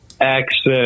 access